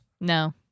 No